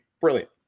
brilliant